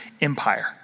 empire